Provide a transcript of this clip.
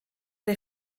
der